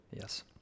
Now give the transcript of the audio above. Yes